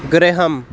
गृहम्